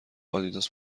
آدیداس